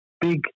big